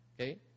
okay